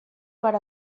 per